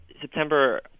September